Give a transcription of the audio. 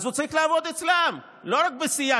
אז הוא צריך לעבוד אצלם, לא רק אצל הסיעה